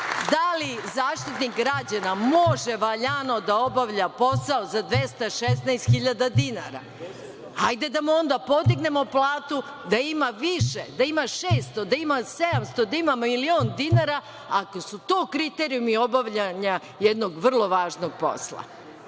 li Zaštitnik građana može valjano da obavlja posao za 216 hiljada dinara. Hajde, da mu onda podignemo platu da ima više, da ima 600, da ima 700, da ima milion dinara, ako su to kriterijumi obavljanja jednog vrlo važnog posla. Znači,